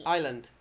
？Island 。